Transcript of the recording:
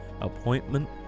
appointment